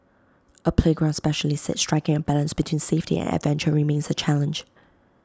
A playground specialist said striking A balance between safety and adventure remains A challenge